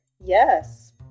Yes